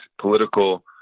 political